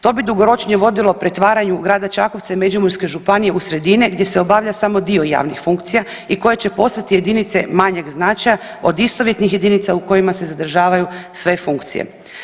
To bi dugoročnije vodilo pretvaranju grada Čakovca i Međimurske županije u sredine gdje se obavlja samo dio javnih funkcija i koje će postati jedinice manjeg značaja od istovjetnih jedinica u kojima se zadržavaju sve funkcije.